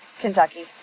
Kentucky